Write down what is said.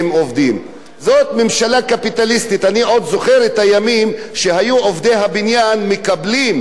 אני עוד זוכר את הימים שעובדי הבניין היו מקבלים פעם בשנה בית-הבראה.